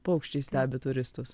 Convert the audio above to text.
paukščiai stebi turistus